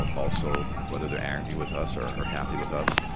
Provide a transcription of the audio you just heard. also whether they're angry with us or or happy with us.